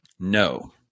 No